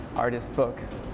artist books.